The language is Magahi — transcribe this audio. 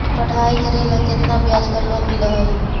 पढाई करेला केतना ब्याज पर लोन मिल हइ?